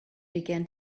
began